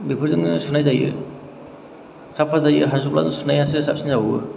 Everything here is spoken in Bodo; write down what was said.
बेफोर जोंनो सुनाय जायो साफ्फा जायो हाथफ्लाजों सुनायासो साबसिन जाबावो